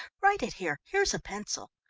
write it here. here is a pencil.